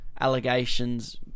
allegations